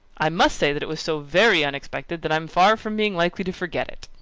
i must say that it was so very unexpected, that i'm far from being likely to forget it.